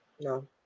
no